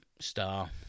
star